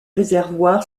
réservoir